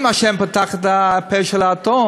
אם ה' פתח את הפה של האתון,